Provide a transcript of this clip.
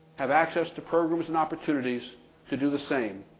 have access to programs and opportunities to do the same,